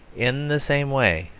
in the same way,